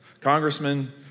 congressmen